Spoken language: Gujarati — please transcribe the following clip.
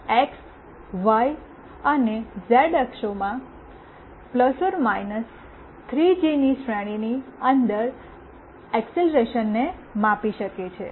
આ એક્સ વાય અને ઝેડ અક્ષોમાં ±3જી ની શ્રેણીની અંદર એકસેલરેશનને માપી શકે છે